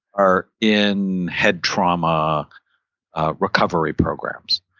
are in head trauma recovery programs.